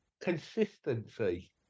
consistency